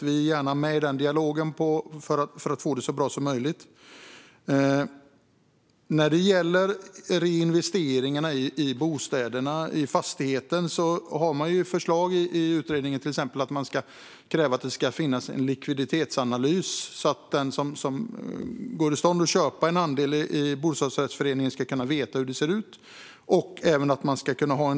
Vi deltar gärna i en dialog för att få det så bra som möjligt. När det gäller reinvesteringar i bostäder, i fastigheter, föreslår utredningen till exempel att det ska krävas att det finns en likviditetsanalys, så att den som är i stånd att köpa en andel i bostadsrättsföreningen ska kunna veta hur ekonomin ser ut.